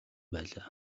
байлаа